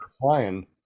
flying